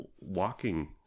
walking